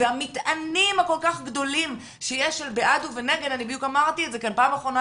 והמטענים הכל כך גדולים שיש בעד ונגד אמרתי קודם שפעם אחרונה